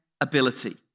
ability